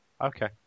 Okay